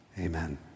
amen